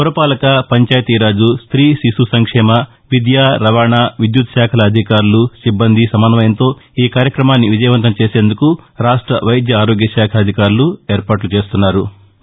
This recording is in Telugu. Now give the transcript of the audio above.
పురపాలక పంచాయతీరాజ్ స్ట్రీ శిశు సంక్షేమ విద్యా రవాణా విద్యుత్ శాఖల అధికారులు సిబ్బంది సమన్వయంతో ఈ కార్యక్రమాన్ని విజయవంతం చేసేందుకు రాష్ట వైద్య ఆరోగ్యశాఖ అధికారులు ఏర్పాట్లు చేస్తోంది